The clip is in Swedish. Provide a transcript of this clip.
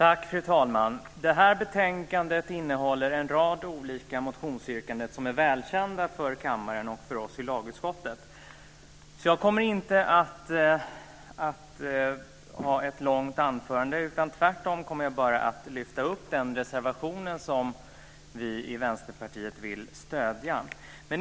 Fru talman! Betänkandet innehåller en rad olika motionsyrkanden som är välkända för kammaren och för oss i lagutskottet. Jag kommer därför inte att hålla ett långt anförande, utan tvärtom bara att lyfta upp den reservation som vi i Vänsterpartiet vill stödja.